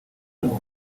kubwo